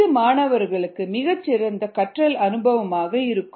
இது மாணவர்களுக்கு மிகச் சிறந்த கற்றல் அனுபவமாக இருக்கும்